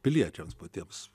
piliečiams patiems